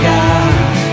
God